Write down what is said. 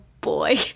boy